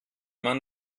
man